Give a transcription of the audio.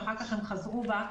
שאחר כך הם חזרו בה,